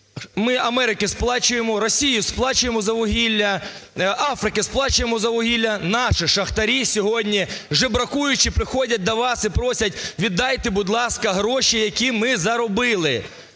Ми Америці сплачуємо, Росії сплачуємо за вугілля, Африці сплачуємо за вугілля, наші шахтарі сьогодні, жебракуючи, приходять до вас і просять: віддаєте, будь ласка, гроші, які ми заробили.